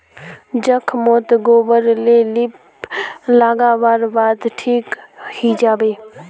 जख्म मोत गोबर रे लीप लागा वार बाद ठिक हिजाबे